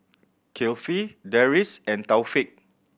Kifli Deris and Taufik